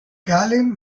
gallen